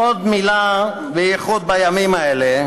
ועוד מילה, בייחוד בימים האלה,